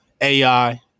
AI